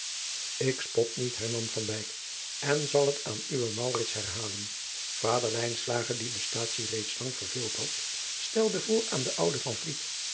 k spot niet hernam en zal het aan uwen herhalen ader dien de staatsie reeds lang verveeld had stelde voor aan den ouden